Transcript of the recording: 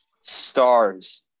stars